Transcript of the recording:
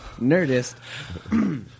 Nerdist